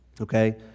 Okay